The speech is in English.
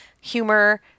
humor